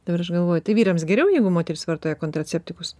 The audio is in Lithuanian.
dabar aš galvoju tai vyrams geriau jeigu moteris vartoja kontraceptikus